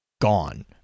gone